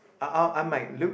uh I I might look